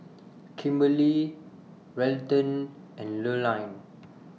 Kimberley Welton and Lurline